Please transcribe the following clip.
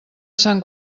sant